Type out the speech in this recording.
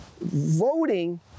Voting